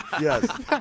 Yes